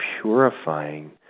purifying